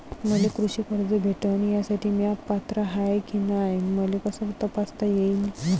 मले कृषी कर्ज भेटन यासाठी म्या पात्र हाय की नाय मले कस तपासता येईन?